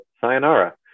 sayonara